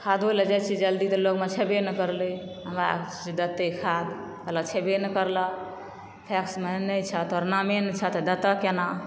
खादो लऽ जाइ छियै जल्दी तऽ लगमे छबय नहि करलै हमरा देतय खाद कहलक छबय नहि करलक पैक्समे नहि छह तोहर नामे नहि छह तऽ देत केना